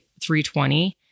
320